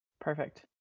Perfect